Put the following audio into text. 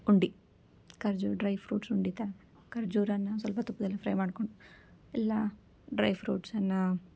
ಉಂಡಿ ಖರ್ಜೂರ dry fruits ಉಂಡಿ ತಾ ಖರ್ಜೂರನ್ನ ಸ್ವಲ್ಪ ತುಪ್ಪದಲ್ಲಿ ಫ್ರೈ ಮಾಡ್ಕೊಂಡು ಎಲ್ಲ ಡ್ರೈ ಫ್ರೂಟ್ಸನ್ನು